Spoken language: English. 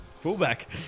Fullback